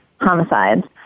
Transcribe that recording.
homicides